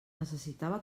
necessitava